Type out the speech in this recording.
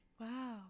Wow